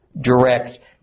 direct